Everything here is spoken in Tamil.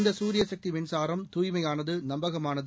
இந்த சூரியசக்தி மின்சாரம் தூய்மையானது நம்பகமானது